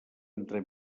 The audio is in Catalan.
entre